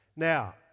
Now